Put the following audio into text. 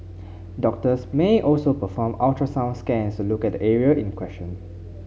doctors may also perform ultrasound scans to look at the area in question